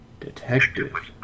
Detective